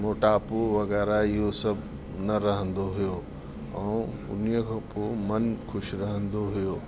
मोटापो वग़ैरह इहो सभु न रहंदो हुयो ऐं उन्हीअ खां पोइ मनु ख़ुशि रहंदो हुयो